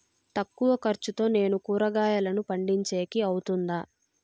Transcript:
తక్కువ ఖర్చుతో నేను కూరగాయలను పండించేకి అవుతుందా?